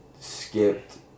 skipped